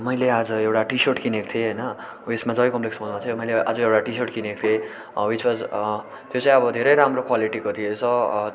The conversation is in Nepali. मैले आज एउटा टी सर्ट किनेको थिएँ होइन उयेसमा जय कम्पलेक्स मलमा चाहिँ मैले आज एउटा टी सर्ट किनेको थिएँ विच वाज त्यो चाहिँ अब धेरै राम्रो क्वालिटीको थिएछ